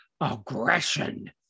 aggression